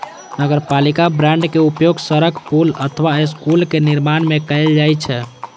नगरपालिका बांड के उपयोग सड़क, पुल अथवा स्कूलक निर्माण मे कैल जाइ छै